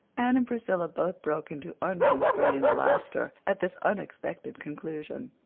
anne and priscilla both broke into unconstrained laughter at this unexpected conclusion.